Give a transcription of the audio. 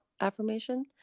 affirmation